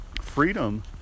freedom